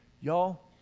y'all